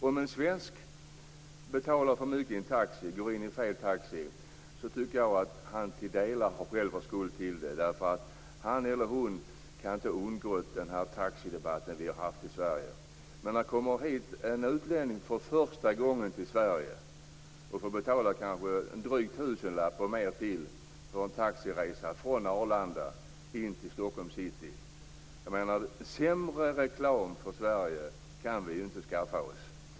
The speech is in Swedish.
Om en svensk går in i fel taxi och betalar för mycket tycker jag att han till viss del själv har skuld till det, därför att han kan inte ha undgått den taxidebatt som vi har haft i Sverige. Men när det kommer en utlänning till Sverige för första gången och får betala kanske drygt en tusenlapp eller mer för en taxiresa från Arlanda in till Stockholms city, är det sämsta tänkbara reklam för Sverige. Fru talman!